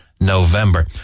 November